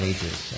Ages